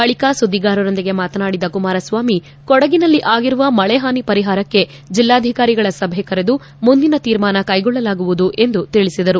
ಬಳಿಕ ಸುದ್ಲಿಗಾರರೊಂದಿಗೆ ಮಾತನಾಡಿದ ಕುಮಾರಸ್ನಾಮಿಕೊಡಗಿನಲ್ಲಿ ಆಗಿರುವ ಮಳೆ ಹಾನಿ ಪರಿಹಾರಕ್ಕೆ ಜಿಲ್ಲಾಧಿಕಾರಿಗಳ ಸಭೆ ಕರೆದು ಮುಂದಿನ ತೀರ್ಮಾನ ಕೈಗೊಳ್ಳಲಾಗುವುದು ಎಂದು ತಿಳಿಸಿದರು